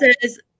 says